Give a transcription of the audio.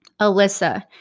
Alyssa